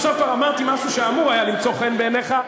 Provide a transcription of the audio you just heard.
עכשיו כבר אמרתי משהו שאמור היה למצוא חן בעיניך,